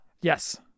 yes